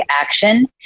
action